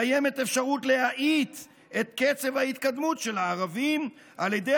קיימת אפשרות להאט את קצב ההתקדמות של הערבים על ידי